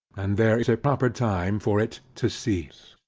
and there is a proper time for it to cease.